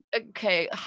Okay